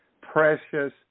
precious